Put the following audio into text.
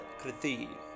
kriti